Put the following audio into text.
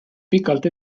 pikalt